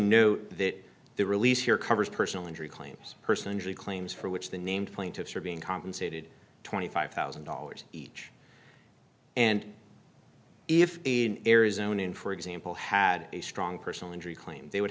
note that the release here covers personal injury claims person injury claims for which the named plaintiffs are being compensated twenty five thousand dollars each and if in arizona in for example had a strong personal injury claim they would